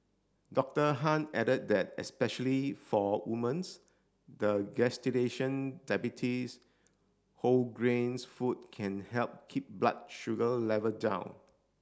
Doctor Han added that especially for woman's the gestation diabetes whole grains food can help keep blood sugar level down